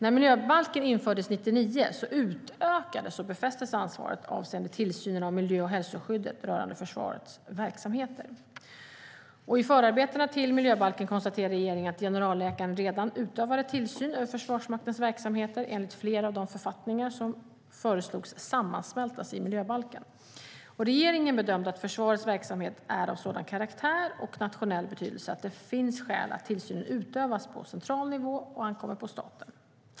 När miljöbalken infördes 99 utökades och befästes ansvaret avseende tillsynen av miljö och hälsoskyddet rörande försvarets verksamheter. I förarbetena till miljöbalken konstaterade regeringen att generalläkaren redan utövade tillsyn över Försvarsmaktens verksamheter enligt flera av de författningar som man föreslog skulle sammansmältas i miljöbalken. Regeringen bedömde att försvarets verksamhet är av sådan karaktär och nationell betydelse att det finns skäl att tillsynen utövas på central nivå och ankommer på staten.